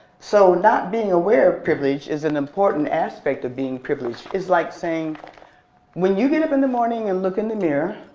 so not being aware of privilege is an important aspect of being privileged. it's like saying when you get up in the morning and look in the mirror,